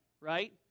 right